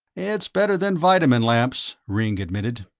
it's better than vitamin lamps, ringg admitted,